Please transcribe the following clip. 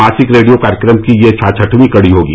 मासिक रेडियो कार्यक्रम की यह छाछठवीं कड़ी होगी